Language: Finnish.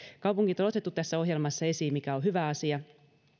kaupungit on otettu tässä ohjelmassa esiin mikä on hyvä asia